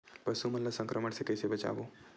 पशु मन ला संक्रमण से कइसे बचाबो?